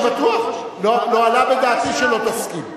אני בטוח, לא עלה בדעתי שלא תסכים.